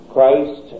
Christ